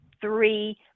three